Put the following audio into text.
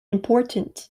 important